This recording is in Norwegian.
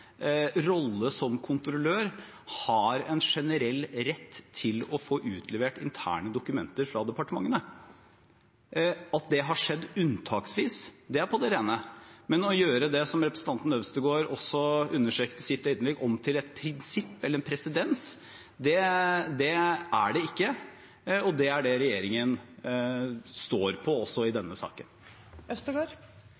rolle som kontrollør, har en generell rett til å få utlevert interne dokumenter fra departementene. At det har skjedd unntaksvis, er på det rene. Men å gjøre det, som representanten også understreket i sitt innlegg, om til et prinsipp eller en presedens – er ikke riktig, og det er det regjeringen står på, også i